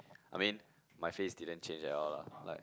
I mean my face didn't change at all lah like